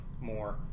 more